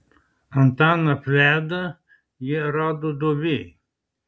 antaną pledą jie rado duobėj